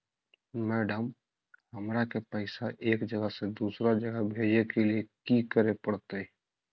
Madam, हमरा के पैसा एक जगह से दुसर जगह भेजे के लिए की की करे परते?